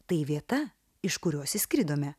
tai vieta iš kurios išskridome